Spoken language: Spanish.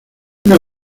una